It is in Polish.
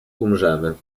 umrzemy